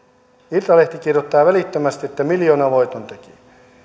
iltalehti kirjoittaa välittömästi että miljoonavoiton teki